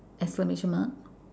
exclamation mark